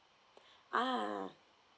ah